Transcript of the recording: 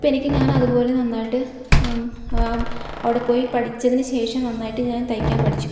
അപ്പം എനിക്ക് ഞാൻ അതുപോലെ നന്നായിട്ട് അവിടെ പോയി പഠിച്ചതിന് ശേഷം നന്നായിട്ട് ഞാൻ തയ്ക്കാൻ പഠിച്ചു